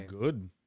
good